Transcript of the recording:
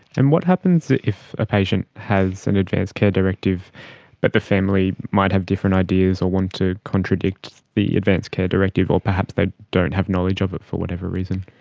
and what happens if a patient has an advance care directive but the family might have different ideas or want to contradict the advance care directive or perhaps they don't have knowledge of it, for whatever reason?